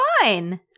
fine